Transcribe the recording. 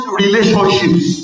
relationships